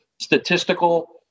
statistical